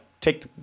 Take